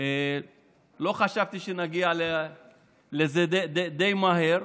לא חשבתי שנגיע לזה די מהר.